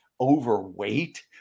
overweight